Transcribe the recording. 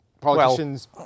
politicians